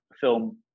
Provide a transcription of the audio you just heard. film